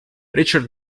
richard